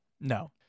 No